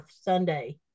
sunday